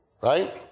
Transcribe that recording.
Right